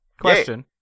question